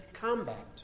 combat